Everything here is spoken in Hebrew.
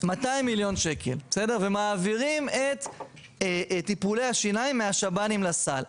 200 מיליון שקלים ומעבירים את טיפולי השיניים מהשב"נים לסל,